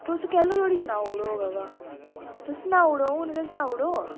तुस कुत्थे तोड़ी सनाओ तुस सनाई ओड़ो हून गै सनाई ओड़ो